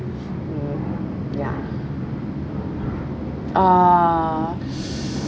mm ya uh